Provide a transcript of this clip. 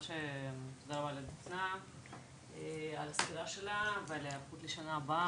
תודה רבה לדפנה על הסקירה שלה ועל ההיערכות לשנה הבאה.